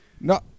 No